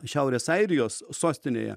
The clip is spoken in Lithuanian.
šiaurės airijos sostinėje